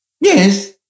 Yes